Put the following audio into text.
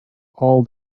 all